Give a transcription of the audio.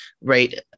right